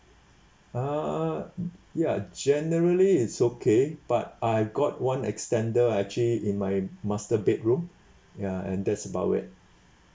uh ya generally is okay but I got one extender actually in my master bedroom ya and that's about it